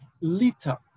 Lita